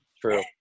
true